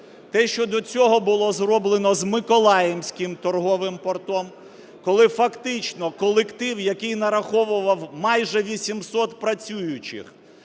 те, що до цього було зроблено з Миколаївським торговим портом, коли фактично колектив, який нараховував майже 800 працюючих,